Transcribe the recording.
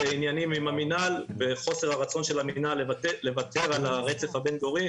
עניינים עם המינהל וחוסר הרצון של המדינה לוותר על הרצף הבין-דורי,